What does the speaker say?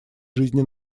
жизни